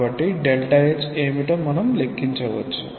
కాబట్టిhఏమిటో మనం లెక్కించవచ్చు